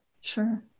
sure